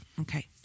Okay